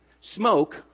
smoke